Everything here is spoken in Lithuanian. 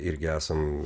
irgi esam